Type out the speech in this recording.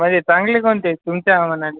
म्हणजे चांगले कोणते तुमच्या मानाने